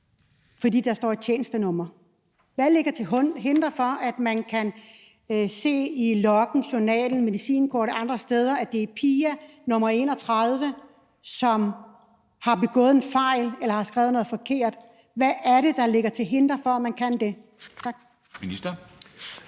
fordi der står et tjenestenummer? Hvad er til hinder for, at man kan se i loggen, journalen, medicinkortet og andre steder, at det er Pia, der har nummer 31, der har begået en fejl eller har skrevet noget forkert? Hvad er det, der er til hinder for, at man kan det? Tak. Kl.